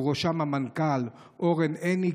ובראשם המנכ"ל אורן עיני,